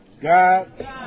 God